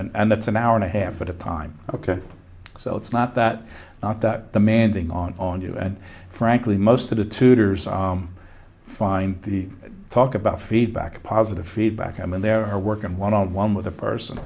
up and that's an hour and a half at a time ok so it's not that not that demanding on you and frankly most of the tutors find the talk about feedback positive feedback and there are working one on one with a person